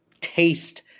taste